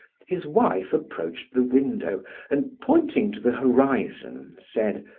his wife approached the window and pointing to the horizon, said,